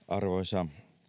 arvoisa